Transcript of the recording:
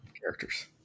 characters